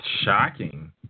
Shocking